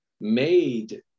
made